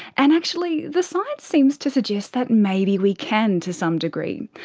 and actually the science seems to suggest that maybe we can to some degree.